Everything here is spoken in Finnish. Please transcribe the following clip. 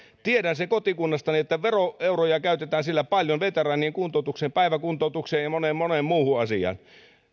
tiedän sen kotikunnastani että veroeuroja käytetään siellä paljon veteraanien kuntoutukseen päiväkuntoutukseen ja moneen moneen muuhun asiaan